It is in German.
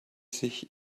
sich